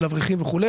של אברכים וכו',